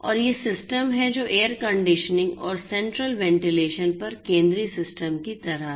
और ये सिस्टम हैं जो एयर कंडीशनिंग और सेंट्रल वेंटिलेशन पर केंद्रीय सिस्टम की तरह हैं